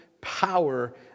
power